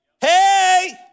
hey